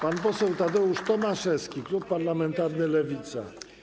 Pan poseł Tadeusz Tomaszewski, klub parlamentarny Lewica.